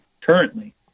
currently